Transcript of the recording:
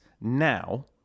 now